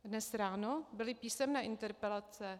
Dnes ráno byly písemné interpelace.